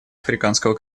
африканского